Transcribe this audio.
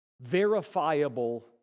verifiable